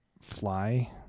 fly